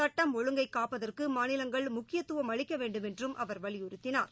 சட்டம் ஒழுங்கை காப்பதற்கு மாநிலங்கள் முக்கியதுவம் அளிக்க வேண்டுமென்றம் அவர் வலியுறுத்தினார்